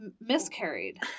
miscarried